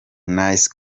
nice